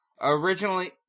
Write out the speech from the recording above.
originally